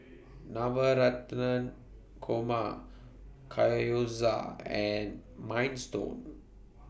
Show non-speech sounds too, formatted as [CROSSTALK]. Navratan Korma [UNINTELLIGIBLE] and Minestrone